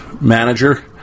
manager